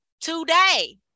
today